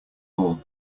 all